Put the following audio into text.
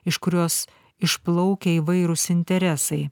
iš kurios išplaukia įvairūs interesai